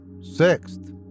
sixth